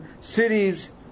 cities